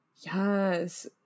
Yes